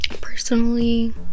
Personally